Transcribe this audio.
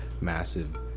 massive